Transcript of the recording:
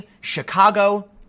Chicago